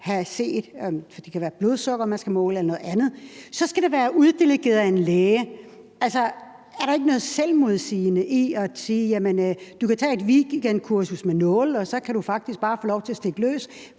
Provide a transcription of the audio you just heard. tager, når man skal måle blodsukker eller noget andet, så skal det være uddelegeret af en læge. Er der ikke noget selvmodsigende i at sige: Du kan tage et weekendkursus om behandling med nåle, og så kan du faktisk bare få lov til at stikke løs,